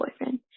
boyfriend